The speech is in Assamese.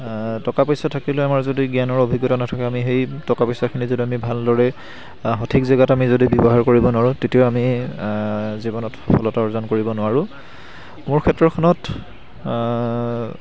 টকা পইচা থাকিলে আমাৰ যদি জ্ঞানৰ অভিজ্ঞতা নথাকে আমি সেই টকা পইচাখিনি যদি আমি ভালদৰে সঠিক জেগাত আমি যদি ব্যৱহাৰ কৰিব নোৱাৰোঁ তেতিয়াও আমি জীৱনত সফলতা অৰ্জন কৰিব নোৱাৰোঁ মোৰ ক্ষেত্ৰখনত